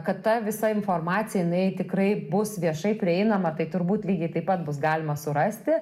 kad ta visa informacija jinai tikrai bus viešai prieinama tai turbūt lygiai taip pat bus galima surasti